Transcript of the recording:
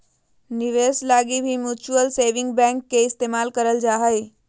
निवेश लगी भी म्युचुअल सेविंग बैंक के इस्तेमाल करल जा हय